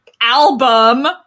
album